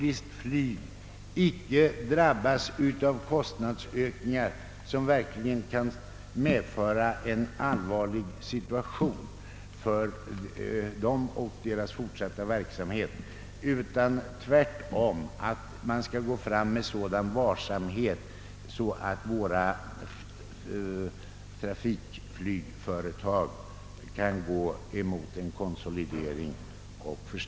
diskt flyg icke drabbas av kostnadsökningar som skulle kunna medföra en allvarlig situation för deras fortsatta verksamhet. Jag hoppas tvärtom att de går fram med sådan varsamhet att våra trafikflygföretag kommer att konsolideras.